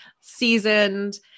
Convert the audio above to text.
seasoned